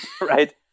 Right